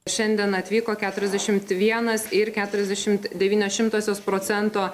šiandien atvyko keturiasdešimt vienas ir keturiasdešimt devynios šimtosios procento